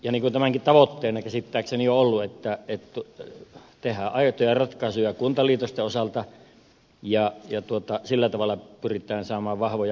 näkisin niin kuin tämänkin tavoitteena käsittääkseni on ollut että tehdään aitoja ratkaisuja kuntaliitosten osalta ja sillä tavalla pyritään saamaan vahvoja kuntia